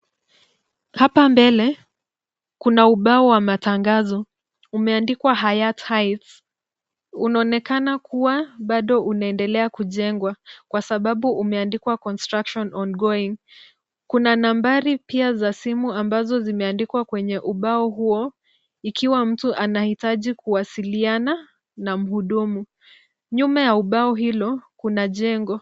Hapa mbele, kuna ubao wa matangazo umeandikwa hayat hieghts . Unaonekana kuwa bado unaendelea kujengwa kwa sababu umeandikwa construction on going . Kuna nambari pia za simu ambazo zimeandikwa kwenye ubao huo ikiwa mtu anahitaji kuwasiliana na mhudumu. Nyuma ya ubao hilo, kuna jengo.